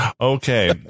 okay